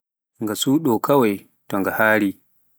nga suɗo kawai so nga haari.